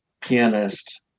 pianist